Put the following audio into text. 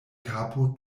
kapo